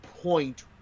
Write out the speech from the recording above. point